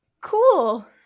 Cool